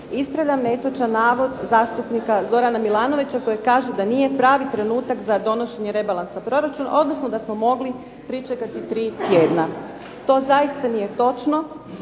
Ispravljam netočan navod zastupnika Zorana Milanovića koji kaže da nije pravi trenutak za donošenje rebalansa proračuna, odnosno da smo mogli pričekati tri tjedna. To zaista nije točno.